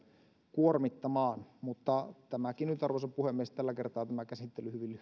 kuormittamaan tämäkin käsittely arvoisa puhemies nyt tällä kertaa hyvin